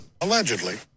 Allegedly